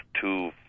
two